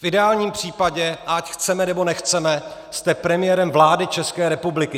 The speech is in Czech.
V ideálním případě, ať chceme, nebo nechceme, jste premiérem vlády České republiky.